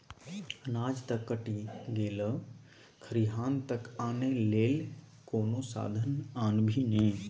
अनाज त कटि गेलै खरिहान तक आनय लेल कोनो साधन आनभी ने